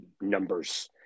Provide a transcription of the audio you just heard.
numbers